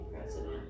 President